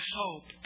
hope